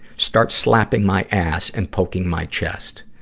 start slapping my ass and poking my chest.